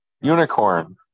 unicorn